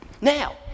Now